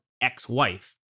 ex-wife